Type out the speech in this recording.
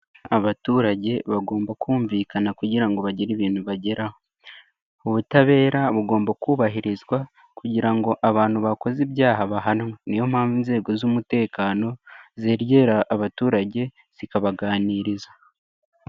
Abaturage bagomba kumvikana kugira ngo bagire ibintu bageraho. Ubutabera bugomba kubahirizwa kugira ngo abantu bakoze ibyaha bahanwe. Niyo mpamvu inzego z'umutekano, zegera abaturage zikabaganiriza.